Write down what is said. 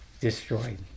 destroyed